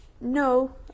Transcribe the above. no